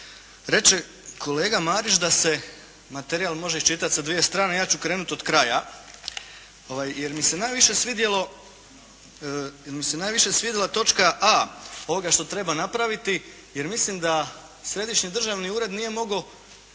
Reče kolega Marić da se materijal može iščitati sa dvije strane, ja ću krenuti od kraja jer mi se najviše svidjela točka a) ovoga što treba napraviti, jer mislim da Središnji državni ured nije mogao